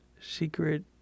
Secret